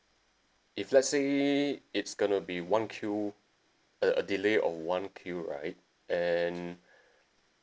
if let's say it's going to be one Q uh a delay of one Q right and